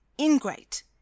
Ingrate